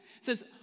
says